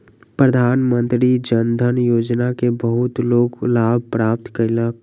प्रधानमंत्री जन धन योजना के बहुत लोक लाभ प्राप्त कयलक